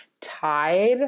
tied